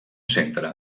centre